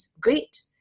Great